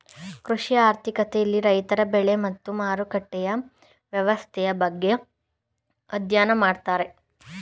ಕೃಷಿ ಆರ್ಥಿಕತೆ ಇಲ್ಲಿ ರೈತರ ಬೆಳೆ ಮತ್ತು ಮಾರುಕಟ್ಟೆಯ ವ್ಯವಸ್ಥೆಯ ಬಗ್ಗೆ ಅಧ್ಯಯನ ಮಾಡ್ತಾರೆ